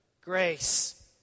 grace